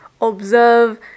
observe